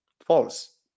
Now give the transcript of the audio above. false